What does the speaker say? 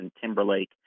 Timberlake